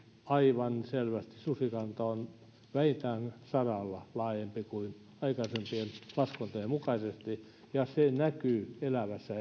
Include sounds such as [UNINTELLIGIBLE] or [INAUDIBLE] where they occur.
aivan selvästi susikanta on vähintään sadalla laajempi kuin aikaisempien laskentojen mukaisesti ja se näkyy elävässä [UNINTELLIGIBLE]